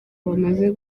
bamaze